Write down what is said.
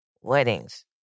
weddings